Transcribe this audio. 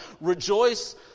rejoice